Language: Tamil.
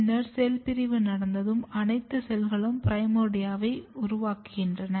பின்னர் செல் பிரிவு நடந்து அனைத்து செல்களும் ப்ரிமார்டியாவை உருவாக்குகின்றன